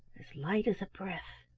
as light as a breath,